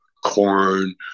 corn